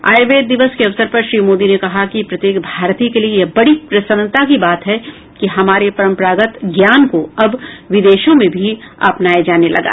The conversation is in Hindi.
आयुर्वेद दिवस के अवसर पर श्री मोदी ने कहा कि प्रत्येक भारतीय के लिए यह बडी प्रसन्नता की बात है कि हमारे परंपरागत ज्ञान को अब विदेशों में भी अपनाया जाने लगा है